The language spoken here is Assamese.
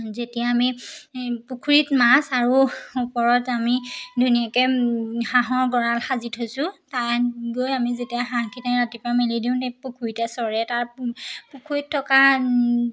যেতিয়া আমি পুখুৰীত মাছ আৰু ওপৰত আমি ধুনীয়াকৈ হাঁহৰ গঁড়াল সাজি থৈছোঁ তাত গৈ আমি যেতিয়া হাঁহখিনি ৰাতিপুৱা মেলি দিওঁ পুখুৰীতে চৰে তাৰ পুখুৰীত থকা